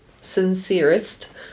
sincerest